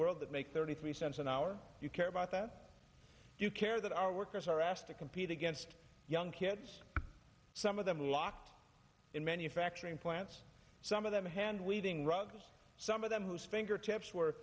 world that make thirty three cents an hour you care about that you care that our workers are asked to compete against young kids some of them locked in manufacturing plants some of them hand weaving rugs some of them whose finger tips